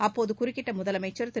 அப்போது குறுக்கிட்ட முதலமைச்சர் திரு